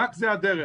רק זו הדרך.